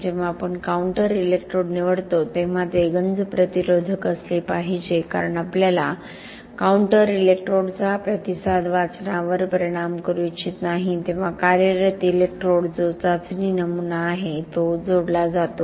जेव्हा आपण counter electrode निवडतो तेव्हा ते गंज प्रतिरोधक असले पाहिजे कारण आपल्याला काउंटर इलेक्ट्रोडचा प्रतिसाद वाचनावर परिणाम करू इच्छित नाही तेव्हा कार्यरत इलेक्ट्रोड जो चाचणी नमुना आहे तो जोडला जातो